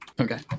Okay